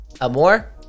amore